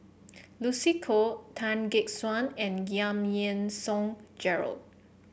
Lucy Koh Tan Gek Suan and Giam Yean Song Gerald